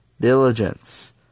diligence